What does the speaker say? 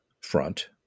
front